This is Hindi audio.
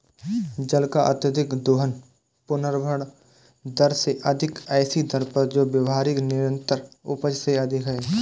जल का अत्यधिक दोहन पुनर्भरण दर से अधिक ऐसी दर पर जो व्यावहारिक निरंतर उपज से अधिक है